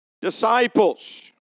disciples